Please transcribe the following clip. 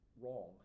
wrong